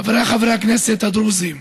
חבריי חברי הכנסת הדרוזים,